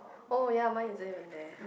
oh ya mine isn't even there